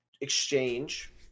exchange